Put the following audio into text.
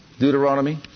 Deuteronomy